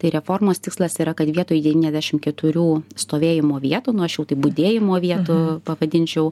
tai reformos tikslas yra kad vietoj devyniasdešim keturių stovėjimo vietų nu aš jau taip budėjimo vietų pavadinčiau